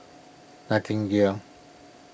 nightingale